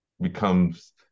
becomes